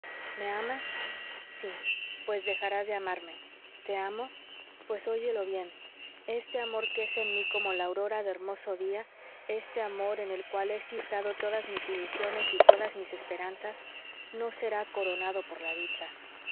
me amas sí pues dejarás de amarme te amo pues óyelo bien este amor que es en mi como la aurora de hermoso día este amor en el cual he cifrado todas mis ilusiones y todas mis esperanzas no será coronado por la dicha